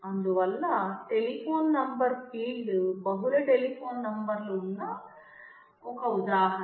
అందువల్ల telephone number field బహుళ telephone నెంబర్లు ఉన్న ఒక ఉదాహరణ